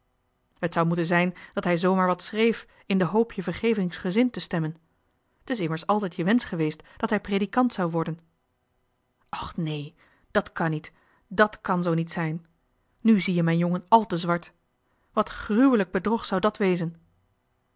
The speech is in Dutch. t zou moeten zijn dat hij zoo maar wat schreef in de hoop je vergevingsgezind te stemmen t is immers altijd je wensch geweest dat hij predikant zou worden och neen dat kan niet dàt kan zoo niet zijn nu zie je mijn jongen al te zwart wat grùwelijk bedrog zou dat wezen